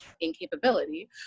incapability